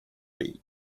league